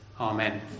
Amen